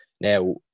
Now